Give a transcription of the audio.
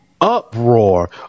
uproar